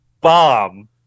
bomb